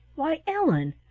why, ellen,